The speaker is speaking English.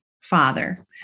father